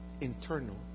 internal